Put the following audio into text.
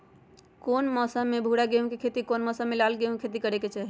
कौन मौसम में भूरा गेहूं के खेती और कौन मौसम मे लाल गेंहू के खेती करे के चाहि?